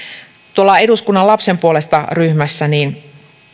eduskunnan lapsen puolesta ryhmässä